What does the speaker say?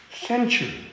century